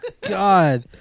God